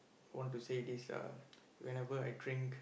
want to say this uh whenever I drink